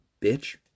bitch